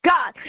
God